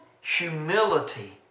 humility